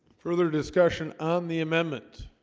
further discussion on the amendment